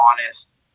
honest